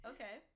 Okay